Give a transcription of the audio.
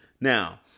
Now